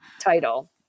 title